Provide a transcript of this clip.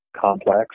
complex